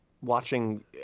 Watching